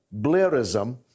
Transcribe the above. Blairism